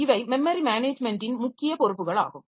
இவை மெமரி மேனேஜ்மென்ட்டின் முக்கிய பொறுப்புகள் ஆகும்